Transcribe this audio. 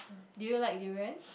do you like durian